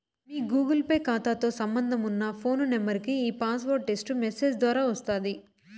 మీ Google pay కాతాతో సంబంధమున్న phone నెంబరికి ఈ పాస్వార్డు టెస్టు మెసేజ్ దోరా వస్తాది